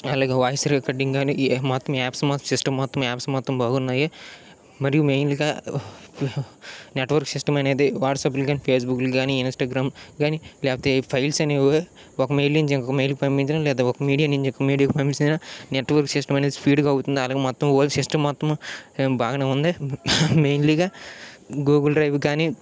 అలాగే voice recording కానీ ఏమాత్రం యాప్స్ మొత్తం సిస్టమ్ మొత్తం యాప్స్ మొత్తం బాగున్నాయి మరియు మెయిన్గా నెట్వర్క్ సిస్టమ్ అనేది వాట్సాప్లు కానీ ఫేస్బుక్లు కానీ ఇన్స్టాగ్రామ్ కానీ లేకపోతే ఫైల్స్ అనేవి ఒక మెయిల్ నుంచి ఇంకో మెయిల్కి పంపించడం లేకపోతే ఒక మీడియా నుంచి ఇంకో మీడియాకి పంపించినా నెట్వర్క్ సిస్టమ్ అనేది స్పీడ్గా అవుతుంది అలాగే మొత్తం హోల్ సిస్టమ్ మొత్తం బాగానే ఉంది మెయిన్లీగా గూగుల్ డ్రైవ్కి కానీ